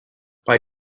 but